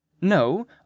No